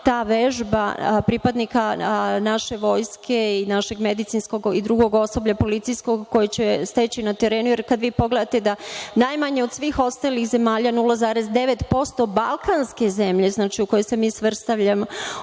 ta vežba pripadnika naše vojske i medicinskog i drugog osoblja, policijskog, koje će steći na terenu , jer kada pogledate, najmanje od svih ostalih zemalja, 0,09% balkanske zemlje, znači u koje se mi svrstavamo,